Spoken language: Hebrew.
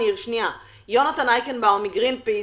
יונתן אייקנבאום מגרינפיס,